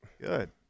Good